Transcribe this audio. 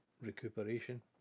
recuperation